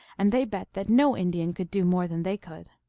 and they bet that no indian could do more than they could.